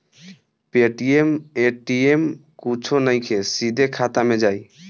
Paytm ATM कुछो नइखे, सीधे खाता मे जाई